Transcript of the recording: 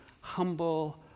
humble